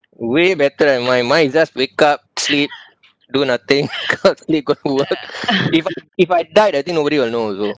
way better than mine mine is just wake up sleep do nothing wake up sleep go to work if I if I died I think nobody will know also